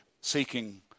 seeking